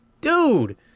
dude